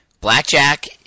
Blackjack